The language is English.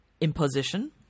imposition